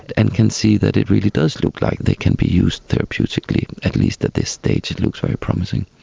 and can see that it really does look like they can be used therapeutically, at least at this stage it looks very promising.